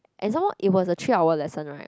and some more it was a three hour lesson right